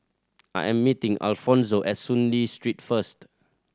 I am meeting Alfonzo at Soon Lee Street first